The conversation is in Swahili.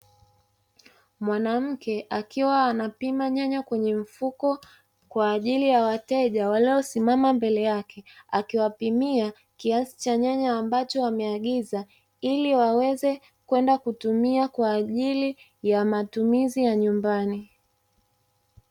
Mwanamke akiwa anapima nyanya kwenye mfuko kwa ajili ya wateja waliosimama mbele yake, akiwapimia kiasi cha nyanya ambacho wameagiza, ili waweze kwenda kutumia kwa ajili ya matumizi ya nyumbani.